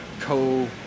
Co